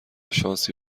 شانسی